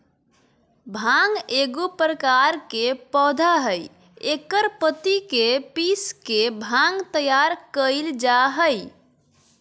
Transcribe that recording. भांग एगो प्रकार के पौधा हइ एकर पत्ति के पीस के भांग तैयार कइल जा हइ